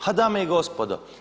Pa dame i gospodo!